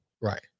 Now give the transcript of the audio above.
Right